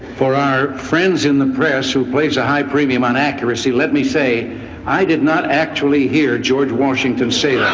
for our friends in the press who place a high premium on accuracy, let me say i did not actually hear george washington say that.